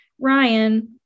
Ryan